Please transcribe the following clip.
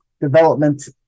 Development